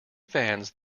fans